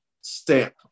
stamp